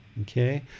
Okay